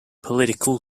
political